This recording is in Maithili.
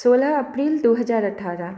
सोलह अप्रिल दू हजार अठारह